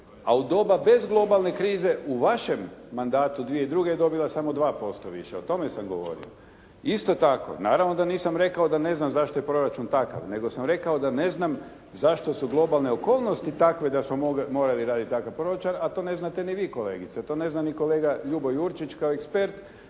a u doba bez globalne krize u vašem mandatu 2002. je dobila samo 2% više. O tome sam govorio. Isto tako, naravno da nisam rekao da ne znam zašto je proračun takav, nego sam rekao da ne znam zašto su globalne okolnosti takve da smo morali raditi takav proračun, a to ne znate ni vi kolegice. To ne zna ni kolega Ljubo Jurčić kao ekspert.